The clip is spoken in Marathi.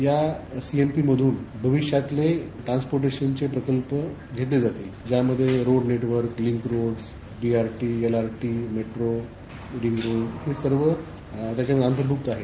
या सीएमपीमध्न भविष्यातले ट्रांन्सपोर्टेशनचे प्रकल्प घेतले जातील ज्यामध्ये road networks link roads BRT LRT metro ring road हे सर्व तयार आहे